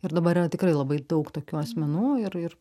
ir dabar yra tikrai labai daug tokių asmenų ir ir